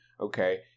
Okay